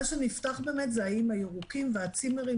מה שנפתח באמת זה האיים הירוקים והצימרים